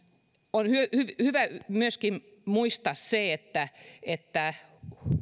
on hyvä myöskin muistaa se että että